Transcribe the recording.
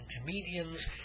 Comedians